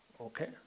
Okay